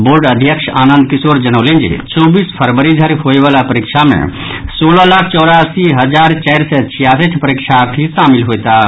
board अध्यक्ष आनंद किशोर जनौलनि जे चौबीस फरवरी धरि होयवला परीक्षा मे सोलह लाख चौरासी हजार चारि सय छियासठि परीक्षार्थी शामिल होयताह